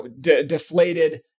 deflated